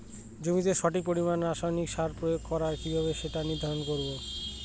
জমিতে সঠিক পরিমাণে রাসায়নিক সার প্রয়োগ করা কিভাবে সেটা নির্ধারণ করব?